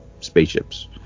spaceships